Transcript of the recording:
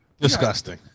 Disgusting